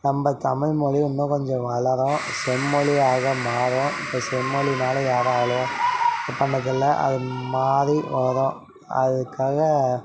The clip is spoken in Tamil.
நம்ம தமிழ் மொழி இன்னும் கொஞ்சம் வளரும் செம்மொழியாக மாறும் இப்போ செம்மொழினால் யாராலேயும் இது பண்ணதில்லை அதுமாதிரி வரும் அதுக்காக